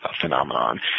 phenomenon